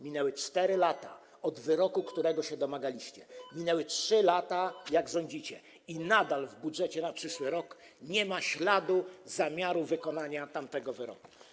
Minęły 4 lata od wyroku, którego się domagaliście, minęły 3 lata, odkąd rządzicie, i nadal w budżecie na przyszły rok nie ma śladu zamiaru wykonania tamtego wyroku.